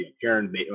Karen